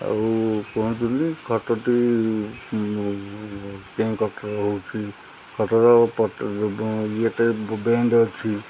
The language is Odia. ଆଉ କହୁଛନ୍ତି ଖଟଟି କେଁ କଟର ଖଟ ହେଉଛି ଖଟର ଇୟେ ବେଣ୍ଡ ଅଛି